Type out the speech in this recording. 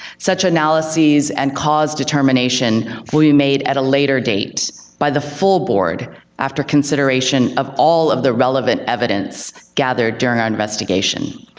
such analyses and cause determination will be made at a later date by the full board after consideration of all of the relevant evidence gathered during our investigation.